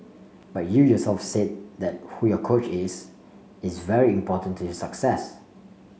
but you yourself said that who your coach is is very important to your success